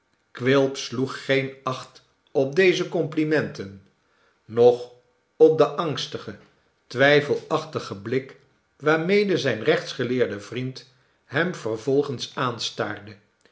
quilp sloeg geen acht op deze complimenten noch op den angstigen twijfelachtigen blik waarmede zijn rechtsgeleerde vriend hem vervolgens aanstaarde